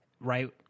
right